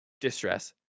distress